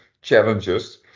challenges